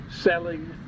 selling